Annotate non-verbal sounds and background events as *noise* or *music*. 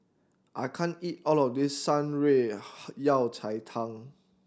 I can't eat all of this Shan Rui *unintelligible* Yao Cai Tang